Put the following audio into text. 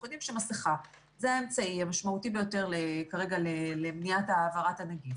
אנחנו חושבים שמסכה זה האמצעי המשמעותי ביותר כרגע למניעת העברת הנגיף.